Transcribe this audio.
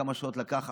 כמה שעות לקח,